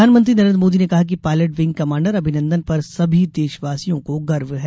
प्रधानमंत्री नरेन्द्र मोदी ने कहा कि पायलट विंग कमांडर अभिनन्दन पर सभी देशवासियों को गर्व है